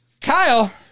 Kyle